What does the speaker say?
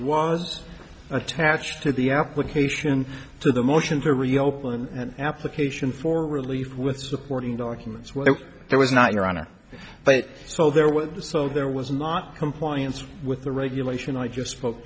was attached to the application to the motion to reopen an application for relief with supporting documents where there was not your honor but so there were so there was not compliance with the regulation i just spoke